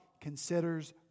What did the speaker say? considers